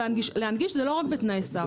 להנגיש זה לא רק בתנאי סף.